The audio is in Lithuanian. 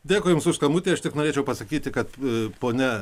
dėkui jums už skambutį aš tik norėčiau pasakyti kad ponia